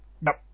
Nope